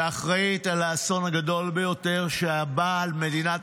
שאחראית על האסון הגדול ביותר שבא על מדינת